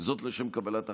לשם קבלת החלטה.